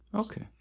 Okay